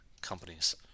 companies